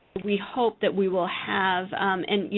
we hope that we will have and, you